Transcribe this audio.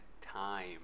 time